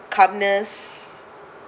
calmness